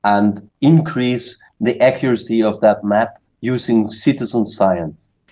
and increase the accuracy of that map using citizen science.